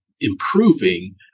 improving